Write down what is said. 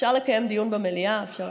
אפשר לקיים דיון במליאה, אפשר,